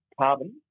carbon